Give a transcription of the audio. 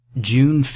June